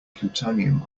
plutonium